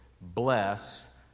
bless